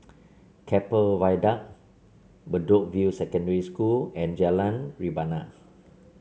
Keppel Viaduct Bedok View Secondary School and Jalan Rebana